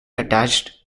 attached